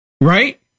right